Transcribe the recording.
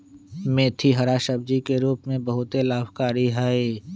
मेथी हरा सब्जी के रूप में बहुत लाभकारी हई